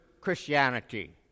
Christianity